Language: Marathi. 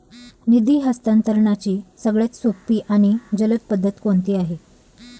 निधी हस्तांतरणाची सगळ्यात सोपी आणि जलद पद्धत कोणती आहे?